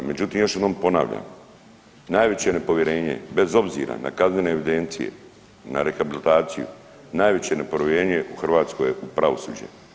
Međutim, još jednom ponavljam najveće povjerenje bez obzira na kaznene evidencije, na rehabilitaciju, najveće nepovjerenje u Hrvatskoj je u pravosuđe.